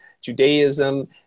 Judaism